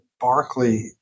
Barclay